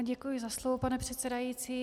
Děkuji za slovo, pane předsedající.